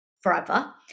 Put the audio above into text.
forever